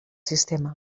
sistema